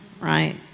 right